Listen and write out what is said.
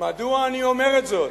מה עם חיפה, מדוע אני אומר את זאת?